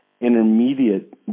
Intermediate